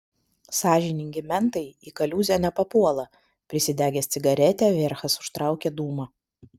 sąžiningi mentai į kaliūzę nepapuola prisidegęs cigaretę vierchas užtraukė dūmą